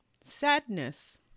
sadness